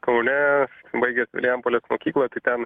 kaune baigęs vilijampolės mokyklą tai ten